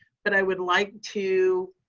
but i would like to